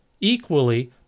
equally